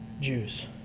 Jews